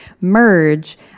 merge